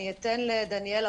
אני אתן לדניאלה,